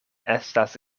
estas